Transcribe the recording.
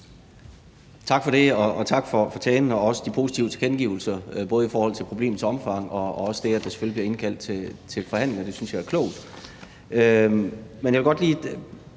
Tak for det, og tak for talen og de positive tilkendegivelser, både i forhold til problemets omfang og også det, at der selvfølgelig bliver indkaldt til forhandlinger. Det synes jeg er klogt. Men bare lige